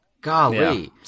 Golly